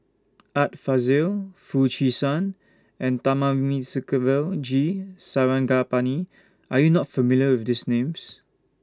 Art Fazil Foo Chee San and Thamamisukuvel G Sarangapani Are YOU not familiar with These Names